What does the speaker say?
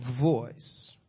voice